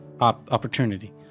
opportunity